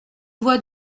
vois